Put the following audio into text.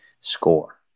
Score